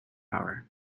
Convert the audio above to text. hour